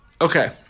Okay